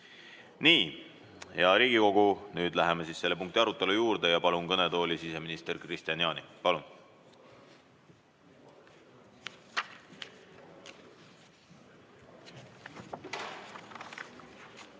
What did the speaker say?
Nii, hea Riigikogu, nüüd läheme selle punkti arutelu juurde. Palun kõnetooli siseminister Kristian Jaani. Palun!